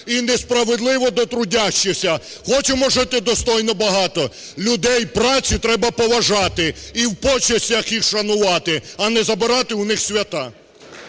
і несправедливо до трудящих. Хочемо жити достойно багато – людей праці треба поважати і в почестях їх шанувати, а не забирати у них свята.